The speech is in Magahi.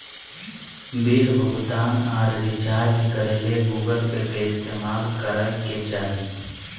बिल भुगतान आर रिचार्ज करे ले गूगल पे के इस्तेमाल करय के चाही